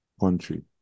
country